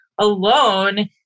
alone